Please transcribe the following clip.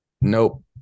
Nope